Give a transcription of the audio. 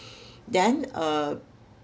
then uh